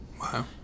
Wow